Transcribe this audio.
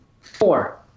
four